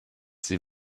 sie